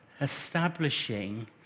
establishing